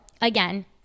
again